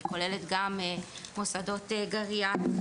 היא כוללת גם מוסדות גריאטריים,